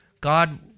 God